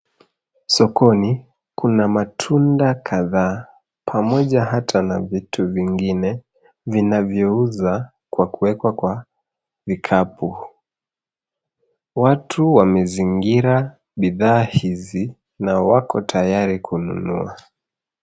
Sokoni, kuna matunda kadhaa pamoja hata na vitu vingine vinavyouza kwa kuwekwa kwa vikapu. Watu wamezingira bidhaa hizi na wako tayari kununua.